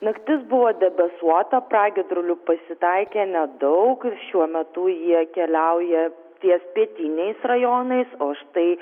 naktis buvo debesuota pragiedrulių pasitaikė nedaug ir šiuo metu jie keliauja ties pietiniais rajonais o štai